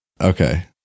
Okay